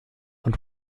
und